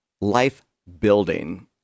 life-building